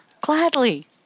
Gladly